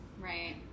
Right